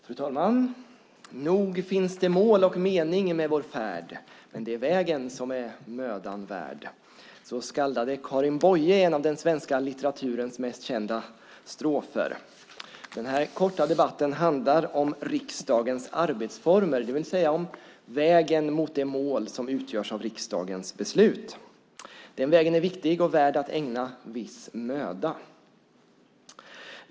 Fru talman! "Nog finns det mål och mening med vår färd - men det är vägen, som är mödan värd." Så skaldade Karin Boye i en av den svenska litteraturens mest kända strofer. Den här korta debatten handlar om riksdagens arbetsformer, det vill säga om vägen mot det mål som utgörs av riksdagens beslut. Den vägen är viktig och värd att ägna viss möda.